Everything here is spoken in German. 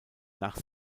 nach